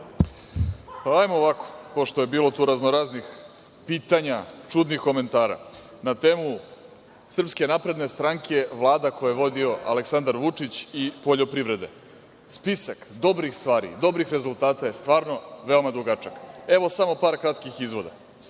Hajdemo ovako, pošto je bilo tu raznoraznih pitanja, čudnih komentara na temu SNS, vlada koje je vodio Aleksandar Vučić i poljoprivrede. Spisak dobrih stvari, dobrih rezultata je stvarno veoma dugačak. Evo, samo par kratkih izvoda.